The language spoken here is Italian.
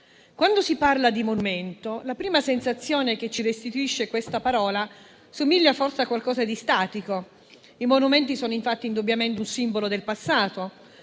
Quando si parla di monumento, la prima sensazione che ci restituisce questa parola somiglia forse a qualcosa di statico. I monumenti sono infatti indubbiamente un simbolo del passato,